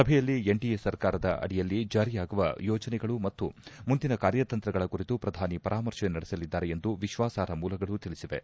ಸಭೆಯಲ್ಲಿ ಎನ್ಡಿಎ ಸರ್ಕಾರದ ಅಡಿಯಲ್ಲಿ ಜಾರಿಯಾಗಿರುವ ಯೋಜನೆಗಳು ಮತ್ತು ಮುಂದಿನ ಕಾರ್ಯತಂತ್ರಗಳ ಕುರಿತು ಶ್ರಧಾನಿ ಪರಾಮರ್ಶೆ ನಡೆಸಲಿದ್ದಾರೆ ಎಂದು ವಿಶ್ವಾಸಾರ್ಹ ಮೂಲಗಳು ತಿಳಿಸಿವೆ